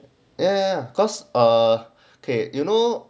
ya cause a k~ you know